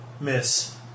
Miss